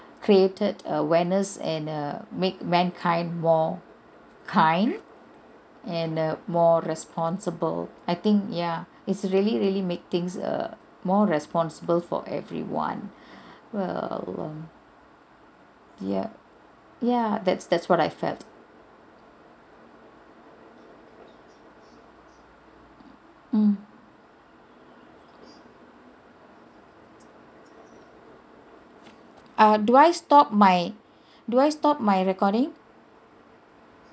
created awareness and err make mankind more kind and err more responsible I think ya it's really really make things err more responsible for everyone err um ya ya that's that's what I felt mm uh do I stop my do I stop my recording